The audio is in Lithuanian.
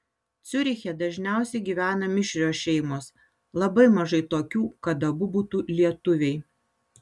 ciuriche dažniausiai gyvena mišrios šeimos labai mažai tokių kad abu būtų lietuviai